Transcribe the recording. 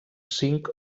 cinc